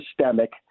systemic